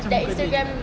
that instagram